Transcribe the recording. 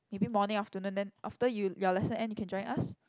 you mean morning afternoon then after you your lesson end you can join us